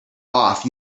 off